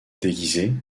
déguisé